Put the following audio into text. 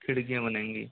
खिड़कियाँ बनेंगी